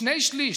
שני שלישים,